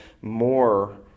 more